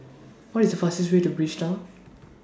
What IS The fastest Way to Bridgetown